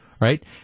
Right